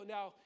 Now